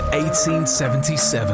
1877